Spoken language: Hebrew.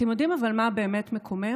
אבל אתם יודעים מה באמת מקומם?